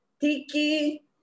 Tiki